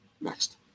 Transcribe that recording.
Next